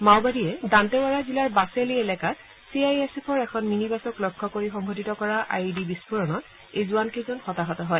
মাওবাদীয়ে দান্তেৱাড়া জিলাৰ বাচেলি এলেকাত C I S এফৰ এখন মিনিবাছক লক্ষ্য কৰি সংঘটিত কৰা আই ই ডি বিস্ফোৰণত এই জোৱানকেইজন হতাহত হয়